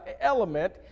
element